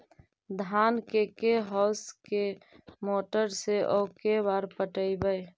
धान के के होंस के मोटर से औ के बार पटइबै?